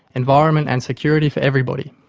environment and security for everybody.